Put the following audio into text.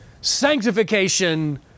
sanctification